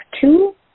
two